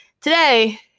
today